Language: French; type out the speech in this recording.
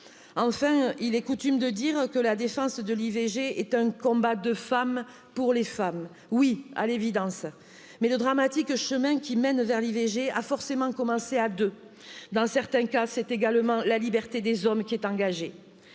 enfin. il est coutume de dire que la défense de l'i V G est un combat de femmes pour les femmes. Oui, à l'évidence mais le dramatique chemin qui mène V. l'i V G a forcément commencé à deux, dans certains cas, c'est également la liberté des hommes qui est engagée